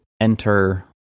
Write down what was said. enter